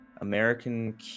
American